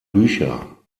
bücher